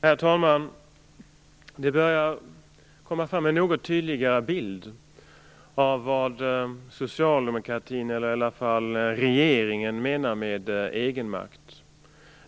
Herr talman! Det börjar komma fram en något tydligare bild av vad socialdemokratin, i varje fall regeringen, menar med egenmakt.